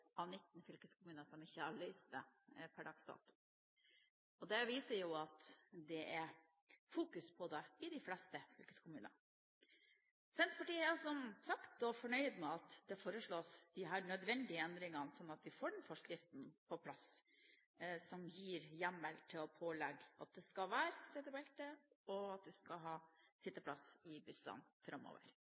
av 19 fylkeskommuner som ikke har løst problemet per dags dato. Det viser at det er fokus på det i de fleste fylkeskommunene. Senterpartiet er som sagt fornøyd med at de nødvendige endringene foreslås, slik at vi får den forskriften på plass som gir hjemmel til å pålegge setebelter og sitteplasser i busser framover. Samtidig må jeg si at jeg er faktisk litt lei meg for at det